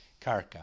Karka